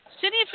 city